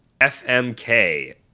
FMK